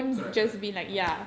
correct correct